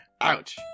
Ouch